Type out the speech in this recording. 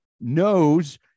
knows